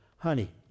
Honey